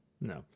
No